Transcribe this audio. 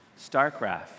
StarCraft